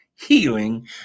healing